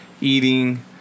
eating